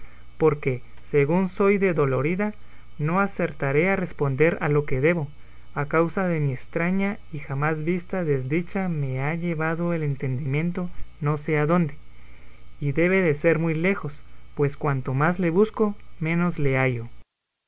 porque según soy de dolorida no acertaré a responder a lo que debo a causa que mi estraña y jamás vista desdicha me ha llevado el entendimiento no sé adónde y debe de ser muy lejos pues cuanto más le busco menos le